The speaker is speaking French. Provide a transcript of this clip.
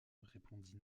répondit